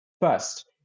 First